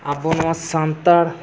ᱟᱵᱚ ᱱᱚᱣᱟ ᱥᱟᱱᱛᱟᱲ